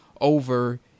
over